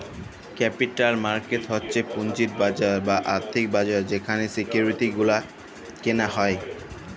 capital market হচ্ছ পুঁজির বাজার বা আর্থিক বাজার যেখালে সিকিউরিটি গুলা কেলা হ্যয়